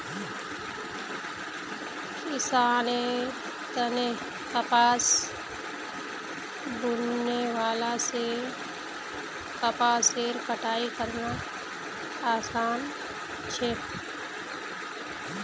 किसानेर तने कपास बीनने वाला से कपासेर कटाई करना आसान छे